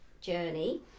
journey